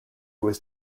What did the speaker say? was